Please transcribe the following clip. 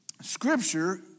Scripture